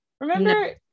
Remember